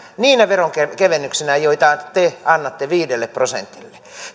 niinä veronkevennyksinä joita te annatte viidelle prosentille